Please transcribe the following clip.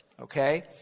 okay